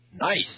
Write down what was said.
Nice